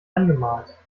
angemalt